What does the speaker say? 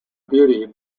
beauty